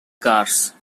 cars